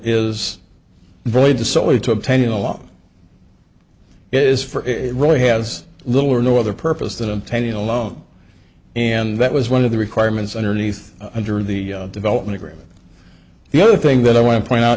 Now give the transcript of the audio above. is void to solely to obtain a lot is for it really has little or no other purpose than a penny a loan and that was one of the requirements underneath under the development agreement the other thing that i want to point out